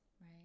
Right